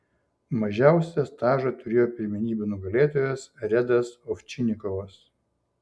mažiausią stažą turėjo pirmenybių nugalėtojas redas ovčinikovas